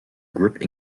grip